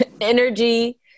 energy